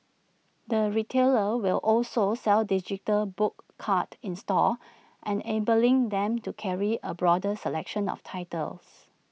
the retailer will also sell digital book cards in stores enabling them to carry A broader selection of titles